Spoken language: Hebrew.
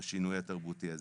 השינוי התרבותי הזה.